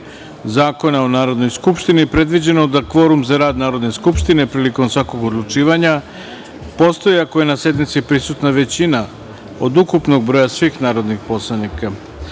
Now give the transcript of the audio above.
Zakona o Narodnoj skupštini predviđeno da kvorum za rad Narodne skupštine prilikom svakog odlučivanja postoji ako je na sednici prisutna većina od ukupnog broja svih narodnih poslanika. Radi